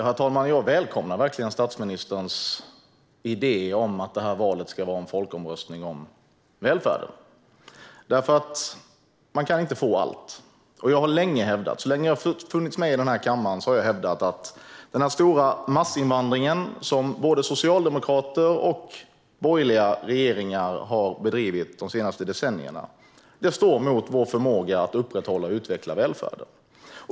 Herr talman! Jag välkomnar verkligen statsministerns idé om att valet ska vara en folkomröstning om välfärden. Man kan inte få allt. Jag har så länge jag har funnits med i den här kammaren hävdat att den stora massinvandringen som både socialdemokratiska och borgerliga regeringar bedrivit de senaste decennierna står mot vår förmåga att upprätthålla och utveckla välfärden.